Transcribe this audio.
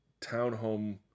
townhome